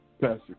Pastor